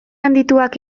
handituak